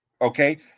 Okay